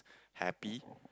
happy